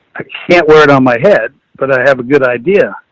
i can't wear it on my head, but i have a good idea.